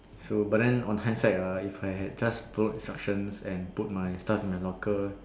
so but then on hindsight ah if I had just followed instructions and put my stuffs in my locker